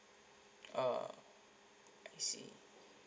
oh I see